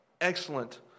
excellent